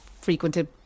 frequented